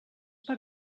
per